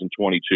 2022